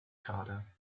dekade